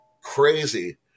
crazy